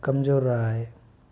कमजोर रहा है